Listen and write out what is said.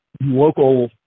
local